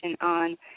on